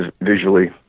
visually